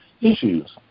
issues